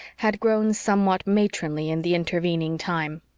had grown somewhat matronly in the intervening time.